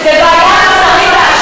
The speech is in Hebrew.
שזו בעיה מוסרית,